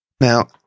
Now